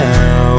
Now